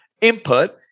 input